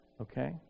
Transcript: Okay